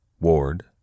Ward